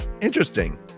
Interesting